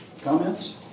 comments